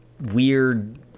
weird